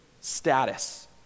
status